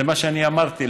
זה מה שאני אמרתי.